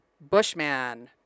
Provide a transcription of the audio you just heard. Bushman